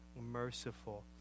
merciful